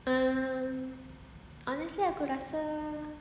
um honestly aku rasa